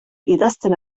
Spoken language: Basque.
idazten